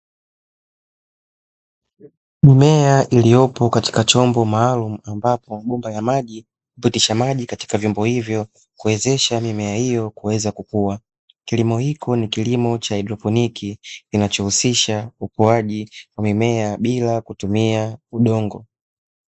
Mimea iliyopo katika chombo maalumu, ambapo mabomba ya maji hupitisha maji katika vyombo hivyo kuwezesha mimea hiyo kuweza kukua. Kilimo hiko ni kilimo cha haidroponiki, kinachohusisha ukuaji wa mimea bila kutumia udongo.